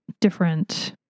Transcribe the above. different